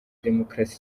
demokarasi